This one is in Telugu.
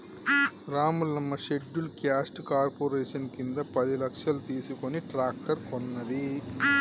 రాములమ్మ షెడ్యూల్డ్ క్యాస్ట్ కార్పొరేషన్ కింద పది లక్షలు తీసుకుని ట్రాక్టర్ కొన్నది